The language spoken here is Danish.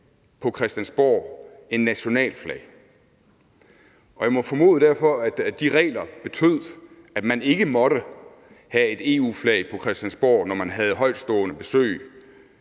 på Christiansborg end nationalflag. Jeg må derfor formode, at de regler betød, at man ikke måtte have et EU-flag på Christiansborg, når man havde højtstående besøg